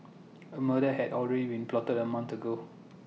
A murder had already been plotted A month ago